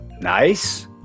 nice